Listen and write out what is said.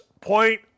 point